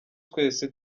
twese